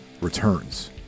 returns